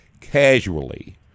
casually